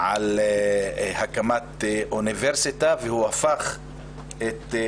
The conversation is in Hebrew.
על הדיון החשוב הזה, שמתבקש דווקא בימים האלה,